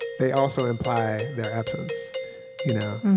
they also imply their absence you know